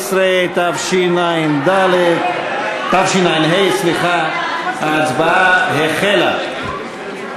תאגיד), התשע"ה 2014. ההצבעה החלה.